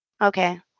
Okay